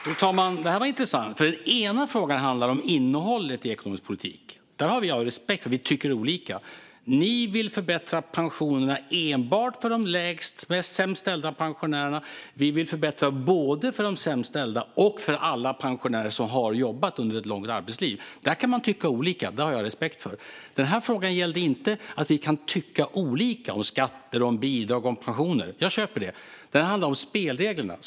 Fru talman! Det här var intressant, för den ena frågan handlar om innehållet i den ekonomiska politiken. Jag har respekt för att vi tycker olika där: Ni vill förbättra pensionerna enbart för de sämst ställda pensionärerna, Magdalena Andersson, och vi vill förbättra dem både för de sämst ställda och för alla pensionärer som har jobbat under ett långt arbetsliv. Där kan man tycka olika, och det har jag respekt för. Den andra frågan gäller dock inte att vi kan tycka olika om skatter, bidrag och pensioner, vilket jag alltså köper, utan den handlar om spelreglerna.